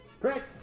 Correct